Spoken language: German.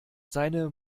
seine